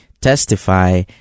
testify